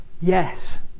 yes